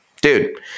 Dude